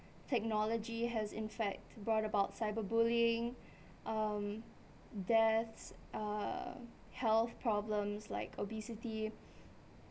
technology has in fact brought about cyber bullying um deaths uh health problems like obesity